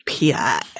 PI